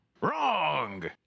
Wrong